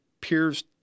peers